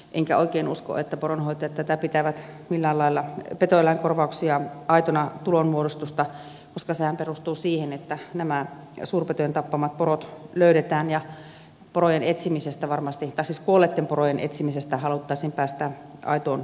en oikein usko että poronhoitajat pitävät millään lailla petoeläinkorvauksia aitona tulonmuodostuksena koska sehän perustuu siihen että nämä suurpetojen tappamat porot löydetään ja kuolleitten porojen etsimisestä varmasti haluttaisiin päästä aitoon poronhoitoon